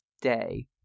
day